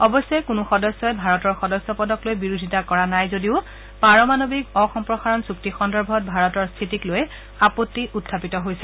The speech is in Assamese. অৱশ্যে কোনো সদস্যই ভাৰতৰ সদস্য পদক লৈ বিৰোধিতা কৰা নাই যদিও পাৰমাণৱিক অ সম্প্ৰসাৰণ চুক্তি সন্দৰ্ভত ভাৰতৰ স্থিতিক লৈ আপত্তি উখাপিত হৈছে